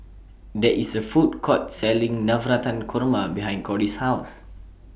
There IS A Food Court Selling Navratan Korma behind Cory's House